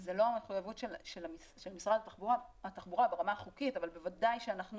זה לא המחויבות של משרד התחבורה ברמה החוקית אבל בוודאי שאנחנו